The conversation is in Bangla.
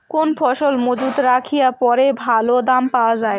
কোন ফসল মুজুত রাখিয়া পরে ভালো দাম পাওয়া যায়?